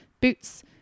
Boots